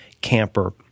camper